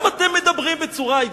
למה אתם מדברים בצורה,